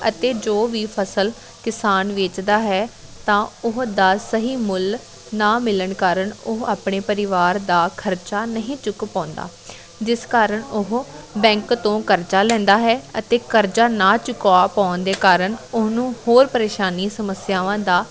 ਅਤੇ ਜੋ ਵੀ ਫ਼ਸਲ ਕਿਸਾਨ ਵੇਚਦਾ ਹੈ ਤਾਂ ਉਹ ਦਾ ਸਹੀ ਮੁੱਲ ਨਾ ਮਿਲਣ ਕਾਰਨ ਉਹ ਆਪਣੇ ਪਰਿਵਾਰ ਦਾ ਖਰਚਾ ਨਹੀਂ ਚੁੱਕ ਪਾਉਂਦਾ ਜਿਸ ਕਾਰਨ ਉਹ ਬੈਂਕ ਤੋਂ ਕਰਜ਼ਾ ਲੈਂਦਾ ਹੈ ਅਤੇ ਕਰਜ਼ਾ ਨਾ ਚੁੱਕਾ ਪਾਉਣ ਦੇ ਕਾਰਨ ਉਹਨੂੰ ਹੋਰ ਪਰੇਸ਼ਾਨੀ ਸਮੱਸਿਆਵਾਂ ਦਾ